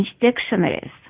dictionaries